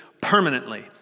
permanently